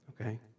okay